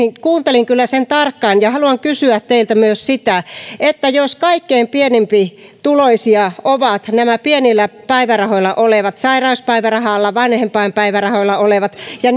kuuntelin kyllä sen tarkkaan ja haluan kysyä teiltä myös sitä että jos kaikkein pienempituloisia ovat nämä pienillä päivärahoilla olevat sairauspäivärahalla vanhempainpäivärahalla olevat ja